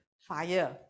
Fire